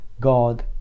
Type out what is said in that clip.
God